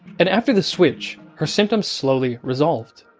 and, after the switch, her symptoms slowly resolved.